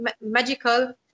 magical